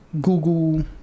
Google